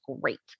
great